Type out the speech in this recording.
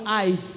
eyes